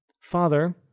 Father